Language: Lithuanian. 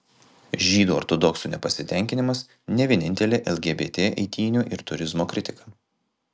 žydų ortodoksų nepasitenkinimas ne vienintelė lgbt eitynių ir turizmo kritika